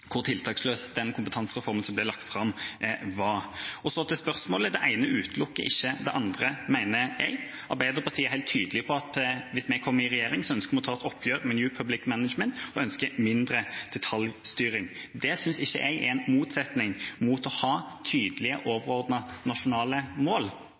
hvor tiltaksløs den kompetansereformen som ble lagt fram, var. Så til spørsmålet. Det ene utelukker ikke det andre, mener jeg. Arbeiderpartiet er helt tydelig på at hvis vi kommer i regjering, ønsker vi å ta et oppgjør med New Public Management og ønsker mindre detaljstyring. Det synes ikke jeg står i motsetning til å ha tydelige, overordnete, nasjonale mål.